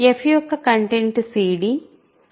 f యొక్క content cd